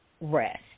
rest